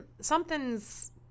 something's